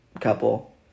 couple